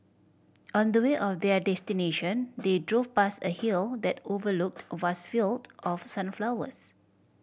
on the way or their destination they drove past a hill that overlooked a vast field of sunflowers